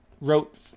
wrote